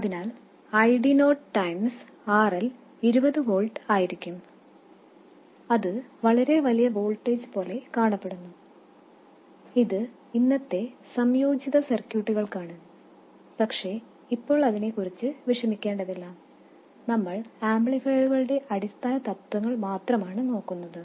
അതിനാൽ ID0 തവണ RL 20 volt ആയിരിക്കും അത് വളരെ വലിയ വോൾട്ടേജ് പോലെ കാണപ്പെടുന്നു ഇത് ഇന്നത്തെ സംയോജിത സർക്യൂട്ടുകൾക്കാണ് പക്ഷേ ഇപ്പോൾ അതിനെക്കുറിച്ച് വിഷമിക്കേണ്ടതില്ല നമ്മൾ ആംപ്ലിഫയറുകളുടെ അടിസ്ഥാന തത്വങ്ങൾ മാത്രമാണ് നോക്കുന്നത്